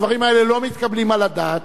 הדברים האלה לא מתקבלים על הדעת.